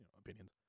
opinions